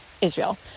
Israel